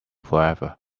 forever